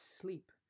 sleep